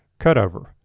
cutover